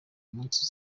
munsi